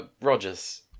Rogers